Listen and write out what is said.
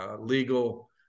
legal